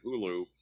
Hulu